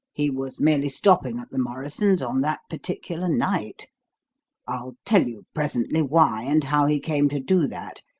he was merely stopping at the morrison's on that particular night i'll tell you presently why and how he came to do that.